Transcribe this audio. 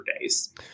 days